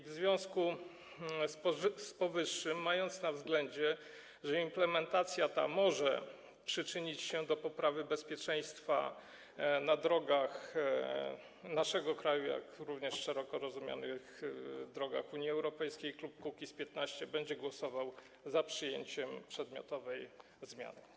W związku z powyższym, mając na względzie, że implementacja ta może przyczynić się do poprawy bezpieczeństwa na drogach naszego kraju, jak również szeroko rozumianych drogach Unii Europejskiej, klub Kukiz’15 będzie głosował za przyjęciem przedmiotowej zmiany.